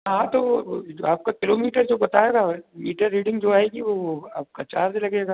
हाँ तो आपका किलोमीटर जो बताया था मीटर रीडिंग जो आएगी वह आपका चार्ज लगेगा